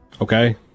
Okay